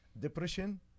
depression